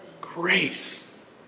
grace